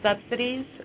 subsidies